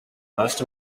most